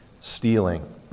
stealing